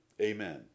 Amen